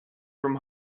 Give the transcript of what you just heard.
from